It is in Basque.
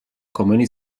komeni